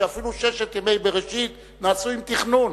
שאפילו ששת ימי בראשית נעשו עם תכנון,